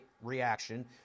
reaction